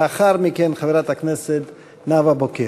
לאחר מכן, חברת הכנסת נאוה בוקר.